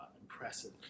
impressive